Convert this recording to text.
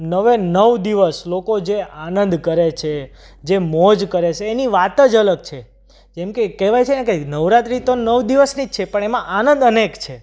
નવે નવ દિવસ લોકો જે આનંદ કરે છે જે મોજ કરે છે એની વાત જ અલગ છે કેમ કે કહેવાય છે ને કે નવરાત્રિ તો નવ દિવસની જ છે પણ એમાં આનંદ અનેક છે